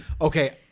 okay